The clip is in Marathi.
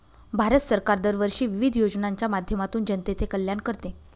भारत सरकार दरवर्षी विविध योजनांच्या माध्यमातून जनतेचे कल्याण करते